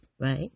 right